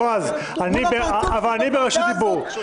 בועז, אני ברשות דיבור.